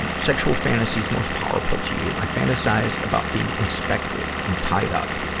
and sexual fantasies most powerful to you i fantasize about being inspected and tied up.